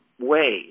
ways